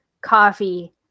coffee